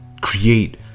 create